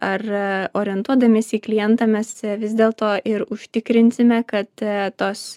ar orientuodamiesi į klientą mes vis dėlto ir užtikrinsime kad tos